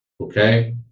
Okay